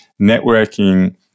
networking